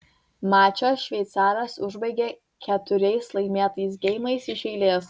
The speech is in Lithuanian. mačą šveicaras užbaigė keturiais laimėtais geimais iš eilės